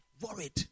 worried